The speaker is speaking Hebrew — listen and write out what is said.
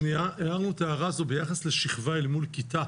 הערנו את ההערה הזאת ביחס לשכבה אל מול כיתה.